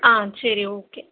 ஆ சரி ஓகே